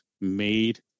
made